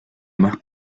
más